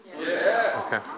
Okay